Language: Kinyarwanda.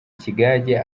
ikigage